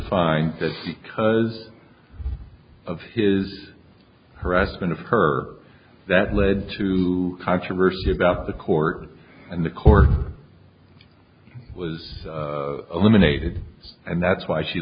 find that because of his harassment of her that led to a controversy about the court and the court was eliminated and that's why she